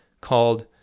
called